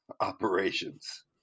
operations